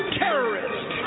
terrorist